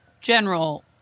general